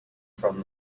from